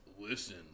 listen